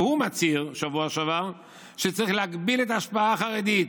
והוא מצהיר בשבוע שעבר שצריך להגביל את ההשפעה החרדית.